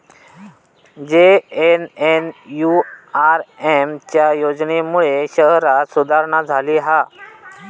JNNURM च्या योजनेमुळे शहरांत सुधारणा झाली हा